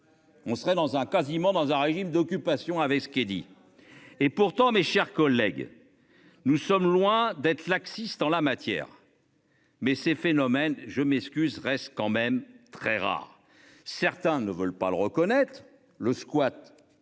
On serait dans un quasiment dans un régime d'occupation avait ce qu'elle dit. Et pourtant, mes chers collègues. Nous sommes loin d'être laxiste en la matière. Mais ces phénomènes je mais ce qui reste quand même très rare. Certains ne veulent pas le reconnaître le squat. Et pas toujours